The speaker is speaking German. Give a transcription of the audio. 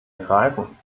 ergreifen